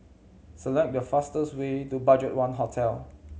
select the fastest way to BudgetOne Hotel